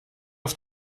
auf